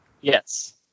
Yes